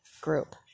group